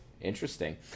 Interesting